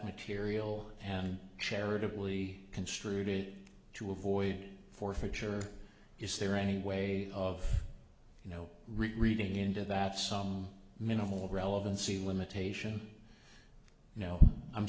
material and charitably construed it to avoid forfeiture is there any way of you know reading into that some minimal relevancy limitation